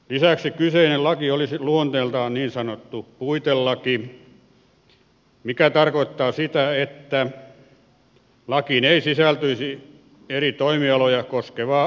lisäksi kyseinen laki olisi luonteeltaan niin sanottu puitelaki mikä tarkoittaa sitä että lakiin ei sisältyisi eri toimialoja koskevaa aineellista lainsäädäntöä